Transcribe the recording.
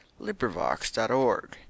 LibriVox.org